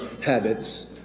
habits